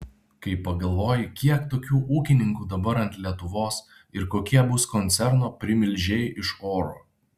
kai pagalvoji kiek tokių ūkininkų dabar ant lietuvos ir kokie bus koncerno primilžiai iš oro